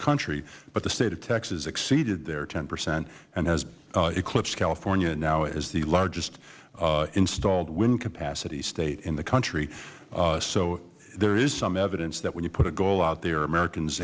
country but the state of texas exceeded their ten percent and has eclipsed california now as the largest installed wind capacity state in the country so there is some evidence that when you put a goal out there americans